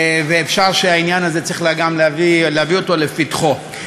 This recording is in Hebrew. ואפשר שהעניין הזה, צריך גם להביא אותו לפתחו.